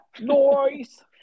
noise